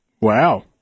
Wow